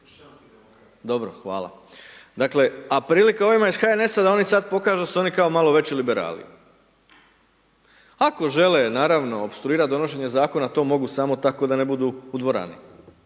dobro hvala. Dakle, a prilika ovima ih HNS-a da oni sad pokažu da su oni kao malo veći liberali. Ako žele naravno opstruirat donošenje zakona to mogu samo tako da ne budu u dvorani,